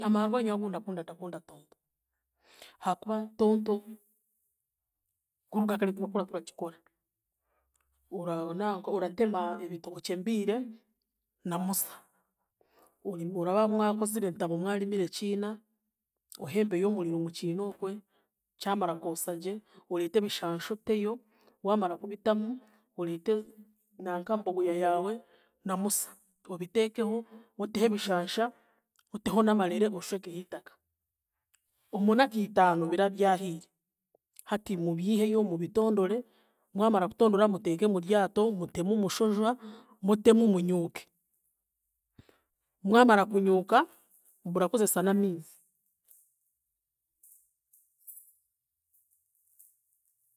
Amaarwa nyowe agu ndakunda, ndakunda tonto. Hakuba tonto, kuruga kare twatuba turakikora. Ora- Orananka oratema ebiitookye embiire na musa, ori- oraba mwakozire entabo mwarimire ekiina, ohembeyo omuriro mukiina okwe, kyamara kwosa gye oreete ebishansha oteyo, waamara kubitamu oreete nanka mbogoya yaawe na musa obiteekeho, oteho ebishansha oteho n'amareere oshwekeho itaka. Omunaku itaano birabyahiire, hati mubyiheyo mubitondore mwamara kutondora muteeke muryato, muteme omushojwa mutemu munyuuke. Mwamara kunyuuka, murakozesa n'amaizi.